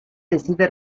decide